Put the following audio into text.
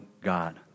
God